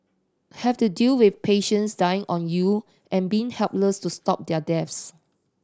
have to deal with patients dying on you and being helpless to stop their deaths